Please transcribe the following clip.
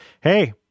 Hey